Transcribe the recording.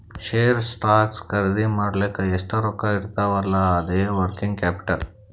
share, stock ಖರ್ದಿ ಮಾಡ್ಲಕ್ ಎಷ್ಟ ರೊಕ್ಕಾ ಇರ್ತಾವ್ ಅಲ್ಲಾ ಅದೇ ವರ್ಕಿಂಗ್ ಕ್ಯಾಪಿಟಲ್